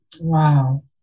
Wow